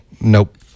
nope